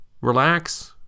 relax